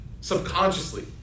subconsciously